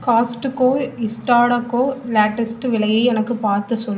Costco ஸ்டாக்கோட latest விலையை எனக்கு பார்த்து சொல்